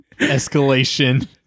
escalation